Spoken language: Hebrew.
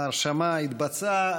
ההרשמה התבצעה.